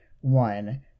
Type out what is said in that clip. One